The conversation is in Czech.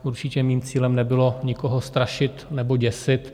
Určitě mým cílem nebylo nikoho strašit nebo děsit.